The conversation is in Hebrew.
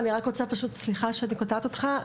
סליחה שאני קוטעת אותך.